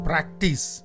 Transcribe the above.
Practice